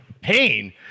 pain